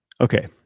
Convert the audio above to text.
Okay